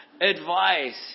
advice